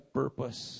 purpose